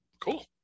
Cool